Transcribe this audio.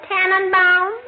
Tannenbaum